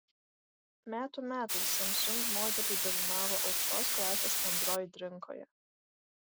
metų metais samsung modeliai dominavo aukštos klasės android rinkoje